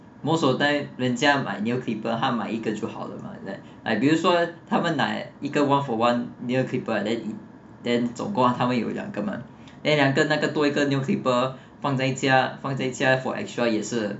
most of the time 人家买 nail clipper 他买一个就好了 mah that uh 比如说他们拿一个 one for one near clipper then then 总共他会有两个吗 then 两个那个多一个 nail clipper 放在一家放在一家 for extra 也是